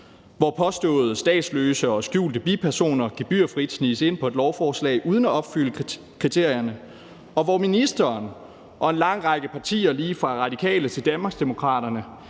hvor påståede statsløse og skjulte bipersoner gebyrfrit sniges ind på et lovforslag uden at opfylde kriterierne, og hvor ministeren og en lang række partier lige fra Radikale til Danmarksdemokraterne